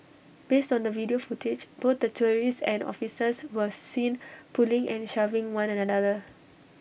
based on the video footage both the tourists and officers were seen pulling and shoving one and another